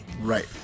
Right